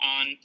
on